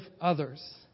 others